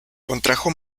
contrajo